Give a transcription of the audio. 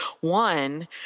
one